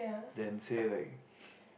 than say like